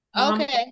Okay